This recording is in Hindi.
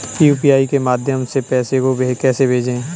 यू.पी.आई के माध्यम से पैसे को कैसे भेजें?